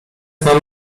mam